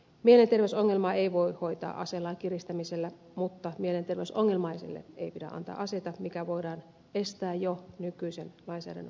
mielenterveysongelmaa ei voi hoitaa aselain kiristämisellä mutta mielenterveysongelmaisille ei pidä antaa aseita mikä voidaan estää jo nykyisen lainsäädännön puitteissa